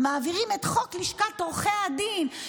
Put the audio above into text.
מעבירים את חוק לשכת עורכי הדין,